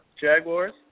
Jaguars